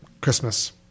Christmas